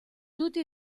tutti